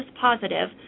positive